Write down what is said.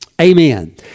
amen